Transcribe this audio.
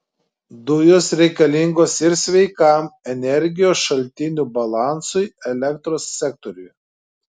dujos reikalingos ir sveikam energijos šaltinių balansui elektros sektoriuje